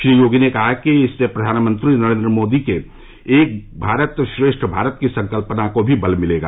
श्री योगी ने कहा कि इससे प्रधानमंत्री नरेन्द्र मोदी के एक भारत श्रेष्ठ भारत की संकल्पना को भी बल मिलेगा